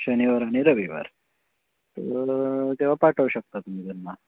शनिवार आणि रविवार तर तेव्हा पाठवू शकता तुम्ही त्यांना